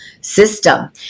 system